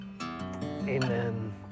amen